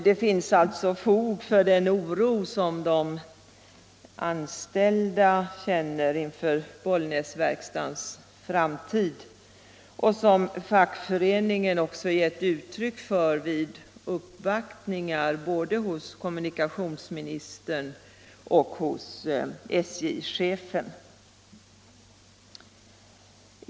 Det finns alltså fog för den oro som de anställda känner inför Bollnäsverkstadens framtid och som fackföreningen också givit uttryck för vid uppvaktningar både hos kommunikationsministern och hos SJ-chefen.